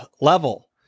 level